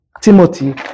Timothy